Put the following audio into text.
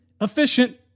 efficient